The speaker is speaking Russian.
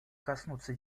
коснуться